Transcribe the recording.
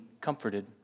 comforted